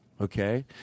Okay